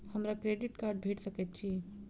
हमरा credit card भेट सकैत अछि?